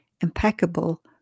impeccable